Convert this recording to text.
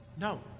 No